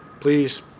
Please